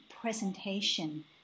presentation